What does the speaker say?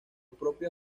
propio